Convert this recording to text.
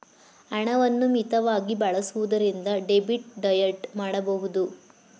ಹಣವನ್ನು ಮಿತವಾಗಿ ಬಳಸುವುದರಿಂದ ಡೆಬಿಟ್ ಡಯಟ್ ಮಾಡಬಹುದು